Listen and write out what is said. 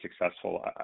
successful